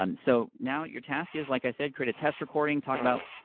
um so, now your task is like i said, create a test recording, talk about,